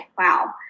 wow